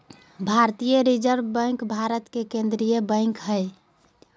भारतीय Reserve Bank भारत के केन्द्रीय बैंक हइ